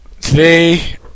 today